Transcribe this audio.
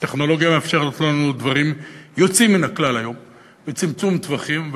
הטכנולוגיה מאפשרת לנו היום דברים יוצאים מן הכלל בצמצום טווחים.